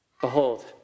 Behold